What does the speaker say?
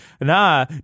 nah